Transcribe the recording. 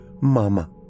Mama